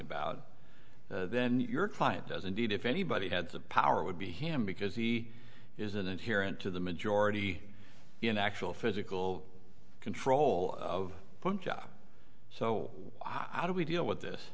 about then your client does indeed if anybody had the power would be him because he is an adherent to the majority in actual physical control of punjab so i do we deal with this